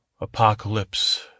apocalypse